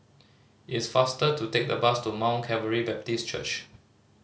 it is faster to take the bus to Mount Calvary Baptist Church